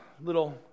little